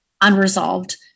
unresolved